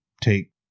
take